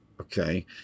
Okay